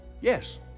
Yes